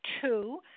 two